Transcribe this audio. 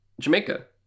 Jamaica